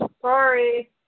Sorry